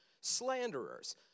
slanderers